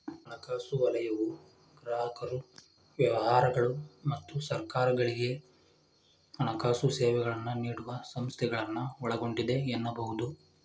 ಹಣಕಾಸು ವಲಯವು ಗ್ರಾಹಕರು ವ್ಯವಹಾರಗಳು ಮತ್ತು ಸರ್ಕಾರಗಳ್ಗೆ ಹಣಕಾಸು ಸೇವೆಗಳನ್ನ ನೀಡುವ ಸಂಸ್ಥೆಗಳನ್ನ ಒಳಗೊಂಡಿದೆ ಎನ್ನಬಹುದು